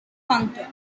functor